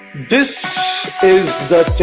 this is